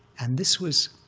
and this was